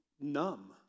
numb